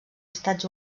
estats